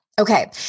Okay